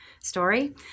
story